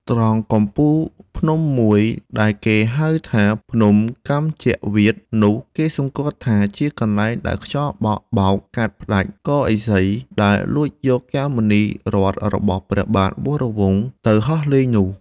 ត្រង់កំពូលភ្នំមួយដែលគេហៅថា ភ្នំកម្មជ្ជវាតនោះ គេសំគាល់ថា ជាកន្លែងដែលខ្យល់បក់ បោកកាត់ផ្តាច់កឥសី ដែលលួចយកកែវមណីរត្នរបស់ព្រះបាទវរវង្ស ទៅហោះលេងនោះ ។